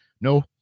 no